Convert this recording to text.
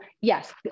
yes